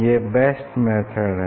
यह best method है